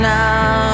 now